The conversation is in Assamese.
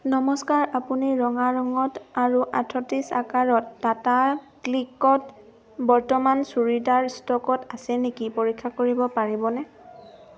নমস্কাৰ আপুনি ৰঙা ৰঙত আৰু আঠত্ৰিছ আকাৰত টাটা ক্লিকত বৰ্তমান চুৰিদাৰ ষ্টকত আছে নেকি পৰীক্ষা কৰিব পাৰিবনে